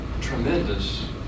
tremendous